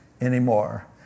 anymore